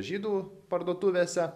žydų parduotuvėse